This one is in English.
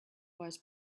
was